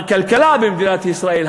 הכלכלה במדינת ישראל,